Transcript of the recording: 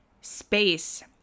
space